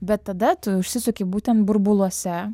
bet tada tu užsisuki būtent burbuluose